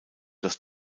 das